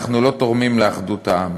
אנחנו לא תורמים לאחדות העם.